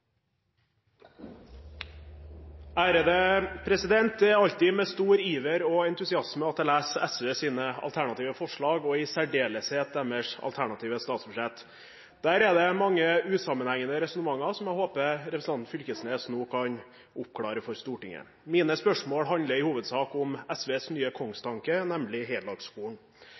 Det er alltid med stor iver og entusiasme jeg leser SVs alternative forslag og i særdeleshet deres alternative statsbudsjett. Der er det mange usammenhengende resonnementer som jeg håper representanten Knag Fylkesnes nå kan oppklare for Stortinget. Mine spørsmål handler i hovedsak om SVs nye kongstanke,